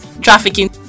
trafficking